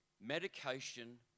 medication